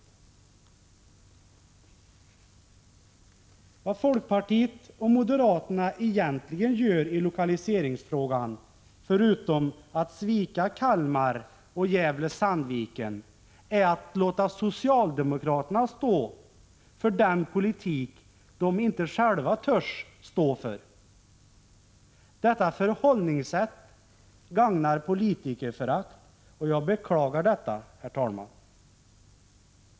Vad folkpartiet och moderaterna egentligen gör i lokaliseringsfrågan förutom att svika Kalmar och Gävle-Sandviken är att låta socialdemokraterna stå för den politik de inte själva törs stå för. Detta förhållningssätt gagnar politikerförakt, och jag beklagar detta.